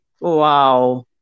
Wow